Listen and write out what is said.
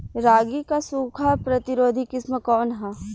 रागी क सूखा प्रतिरोधी किस्म कौन ह?